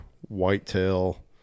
whitetail